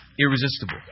irresistible